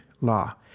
law